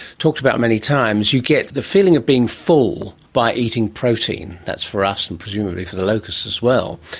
talked about many times, you get the feeling of being full by eating protein. that's for us and presumably for the locusts as well.